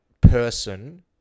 person